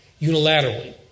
unilaterally